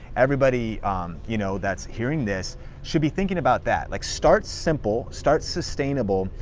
everybody you know that's hearing this should be thinking about that. like start simple, start sustainable,